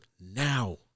Now